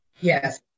Yes